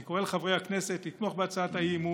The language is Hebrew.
אני קורא לחברי הכנסת לתמוך בהצעת האי-אמון,